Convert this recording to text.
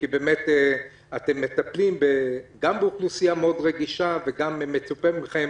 כי באמת אתם מטפלים גם באוכלוסייה מאוד רגישה וגם מצופה מכם